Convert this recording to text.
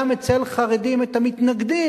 גם אצל חרדים את המתנגדים.